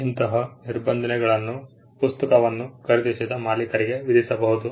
ಇಂತಹ ನಿರ್ಬಂಧಗಳನ್ನು ಪುಸ್ತಕವನ್ನು ಖರೀದಿಸಿ ದಂತಹ ಮಾಲೀಕರು ವಿಧಿಸಬಹುದು